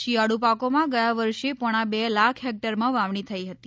શિયાળ પાકોમાં ગયા વર્ષે પોણા બે લાખ હેક્ટરમાં વાવણી થઈ હતી